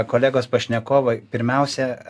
kolegos pašnekovai pirmiausia